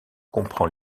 comprend